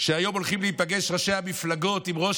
שהיום הולכים להיפגש ראשי המפלגות עם ראש